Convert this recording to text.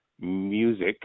music